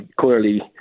clearly